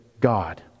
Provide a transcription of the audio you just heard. God